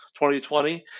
2020